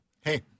Hey